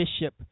Bishop